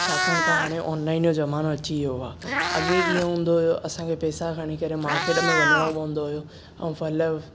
छाकाण त हाणे ऑनलाइन जो ज़मानो अची वियो आहे अॻे कीअं हूंदो हुओ असां खे पेसा खणी करे मार्केट में वञणो पवंदो हुयो ऐं फल